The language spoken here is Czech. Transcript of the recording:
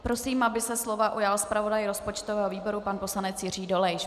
Prosím, aby se slova ujal zpravodaj rozpočtového výboru pan poslanec Jiří Dolejš.